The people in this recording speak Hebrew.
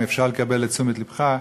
אם אפשר לקבל את תשומת לבך,